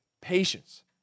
patience